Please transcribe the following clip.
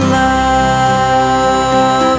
love